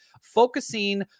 focusing